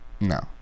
No